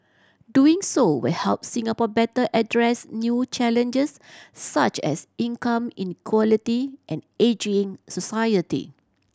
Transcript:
doing so will help Singapore better address new challenges such as income inequality and ageing society